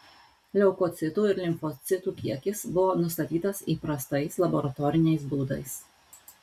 leukocitų ir limfocitų kiekis buvo nustatytas įprastais laboratoriniais būdais